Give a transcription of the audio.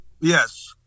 Yes